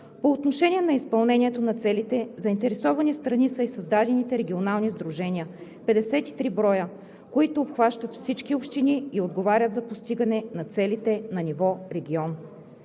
По отношение на изпълнението на целите заинтересовани страни са и създадените регионални сдружения – 53 броя, които обхващат всички общини и отговарят за постигане на целите на ниво регион.